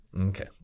Okay